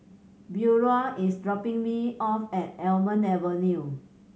Beaulah is dropping me off at Almond Avenue